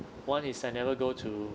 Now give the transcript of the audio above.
one is I never go to